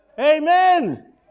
amen